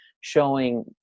showing